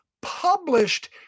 published